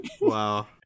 Wow